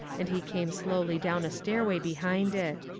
and he came slowly down a stairway behind it.